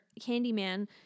Candyman